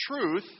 truth